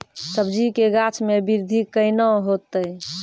सब्जी के गाछ मे बृद्धि कैना होतै?